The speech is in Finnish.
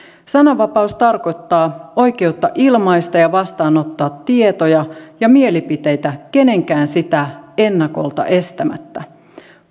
sananvapaus tarkoittaa oikeutta ilmaista ja vastaanottaa tietoja ja mielipiteitä kenenkään sitä ennakolta estämättä